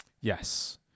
Yes